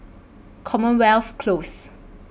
Commonwealth Close